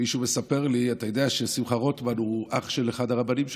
מישהו מספר לי: אתה יודע ששמחה רוטמן הוא אח של אחד הרבנים שלך,